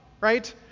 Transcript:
right